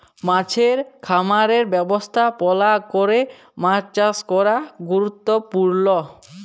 মাছের খামারের ব্যবস্থাপলা ক্যরে মাছ চাষ ক্যরা গুরুত্তপুর্ল